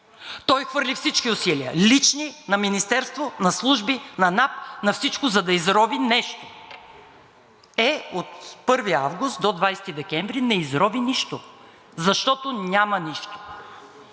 Той хвърли всички усилия – лични, на Министерство, на служби, на НАП, на всичко, за да изрови нещо. Е, от 1 август до 20 декември не изрови нищо, защото няма нищо!